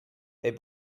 they